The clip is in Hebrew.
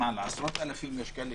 יש כאלה שיגידו עשרות אלפים, יש כאלה